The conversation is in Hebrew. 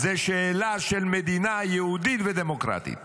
-- זו שאלה של מדינה יהודית ודמוקרטית.